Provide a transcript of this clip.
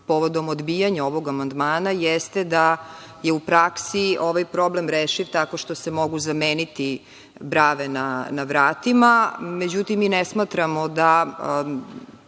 povodom odbijanja ovog amandmana, jeste da je u praksi ovaj problem rešiv tako što se mogu zameniti brave na vratima. Međutim, mi ne smatramo da